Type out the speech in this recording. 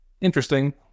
Interesting